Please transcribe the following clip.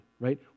right